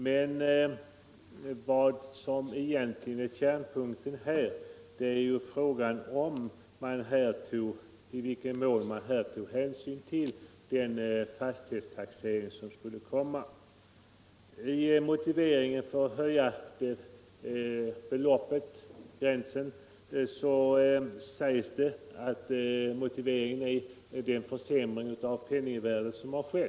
Den egentliga kärnpunkten är emellertid frågan om i vilken mån man tog hänsyn till den fastig hetstaxering som skulle komma. Som motivering för en höjning av förmögenhetsgränsen angavs främst den försämring av penningvärdet som skett.